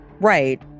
Right